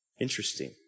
Interesting